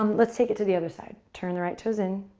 um let's take it to the other side. turn the right toes in.